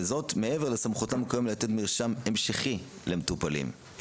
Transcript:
וזאת מעבר לסמכותם לתת מרשם המשכי למטופלים.